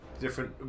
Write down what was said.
different